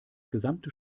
gesamte